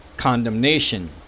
condemnation